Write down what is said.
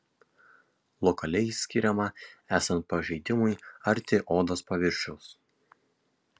lokaliai skiriama esant pažeidimui arti odos paviršiaus